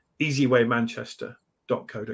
easywaymanchester.co.uk